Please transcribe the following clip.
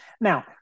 Now